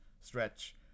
stretch